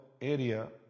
area